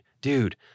dude